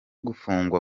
gufungwa